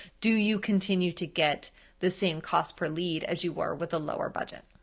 do you continue to get the same cost per lead as you were with the lower budget.